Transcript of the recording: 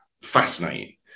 fascinating